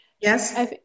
Yes